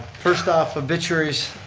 first off, obituaries.